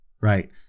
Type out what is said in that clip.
right